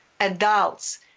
adults